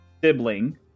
sibling